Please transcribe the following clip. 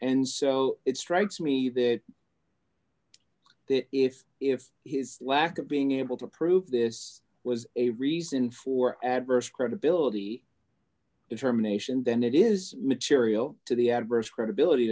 and so it strikes me that if if his lack of being able to prove this was a reason for adverse credibility determination then it is material to the adverse credibility